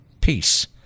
peace